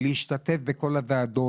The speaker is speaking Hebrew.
להשתתף בכל הוועדות.